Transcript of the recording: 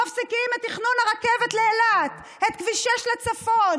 מפסיקים את תכנון הרכבת לאילת, את כביש 6 לצפון.